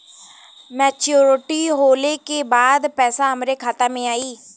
Maturity होले के बाद पैसा हमरे खाता में आई?